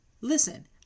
Listen